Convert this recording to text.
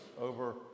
over